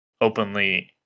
openly